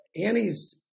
Annie's